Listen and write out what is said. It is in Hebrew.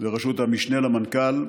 הוועדה בראשות המשנה למנכ"ל,